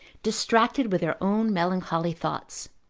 distracted with their own melancholy thoughts.